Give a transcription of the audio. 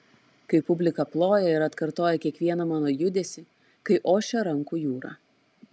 kai publika ploja ir atkartoja kiekvieną mano judesį kai ošia rankų jūra